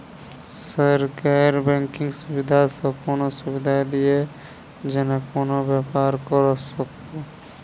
Sir गैर banking सुविधा सँ कोनों सुविधा दिए जेना कोनो व्यापार करऽ सकु?